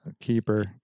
Keeper